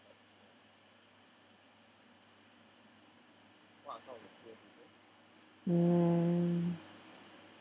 mm